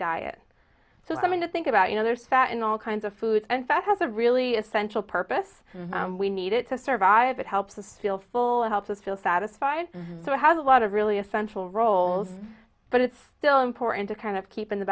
diet so i mean to think about you know there's fat in all kinds of foods and fat has a really essential purpose we need it to survive it helps us feel fuller helps us feel satisfied so it has a lot of really essential roles but it's still important to kind of keep in the